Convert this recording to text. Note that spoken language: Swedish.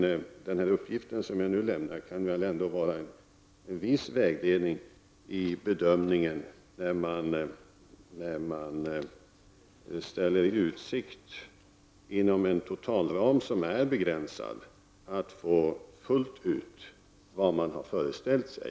Den uppgift som jag nu lämnar kan ändå vara till viss vägledning vid bedömningen, när man i ett av dessa minsta län ställer i utsikt att inom en totalram som är begränsad fullt ut få vad man har föreställt sig.